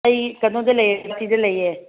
ꯑꯩ ꯀꯩꯅꯣꯗ ꯂꯩꯌꯦ ꯂꯩꯌꯦ